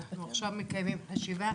ואנחנו עכשיו מקיימים ישיבה,